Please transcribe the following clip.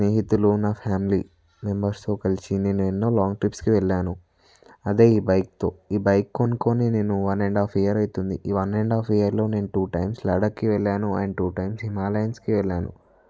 నా స్నేహితులు నా ఫ్యామిలీ మెంబర్స్తో కలిసి నేను ఎన్నో లాంగ్ ట్రిప్స్కి వెళ్ళాను అదే ఈ బైక్తో ఈ బైక్ కొనుక్కొని నేను వన్ అండ్ హాఫ్ ఇయర్ అవుతుంది ఈ వన్ అండ్ హాఫ్ ఇయర్లో నేను టూ టైమ్స్ లడఖ్కి వెళ్ళాను టూ టైమ్స్ హిమాలయన్స్కి వెళ్ళాను